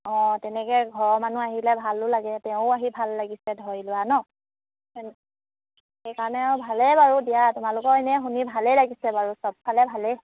অঁ তেনেকৈ ঘৰৰ মানুহ আহিলে ভালো লাগে তেওঁও আহি ভাল লাগিছে ধৰি লোৱা নহ্ সেইকাৰণে আৰু ভালেই বাৰু দিয়া তোমালোকৰ এনেই শুনি ভালেই লাগিছে বাৰু সবফালে ভালেই